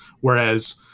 Whereas